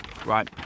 Right